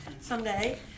someday